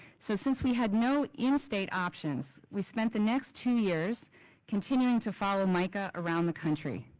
so since we had no in-state options we spent the next two years continuing to follow mica around the country.